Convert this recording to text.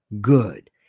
Good